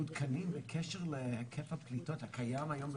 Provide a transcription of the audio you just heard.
מעודכנים בקשר להיקף הפליטות הקיים היום בכרייה,